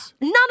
None